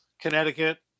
Connecticut